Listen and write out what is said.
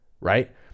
right